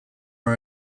are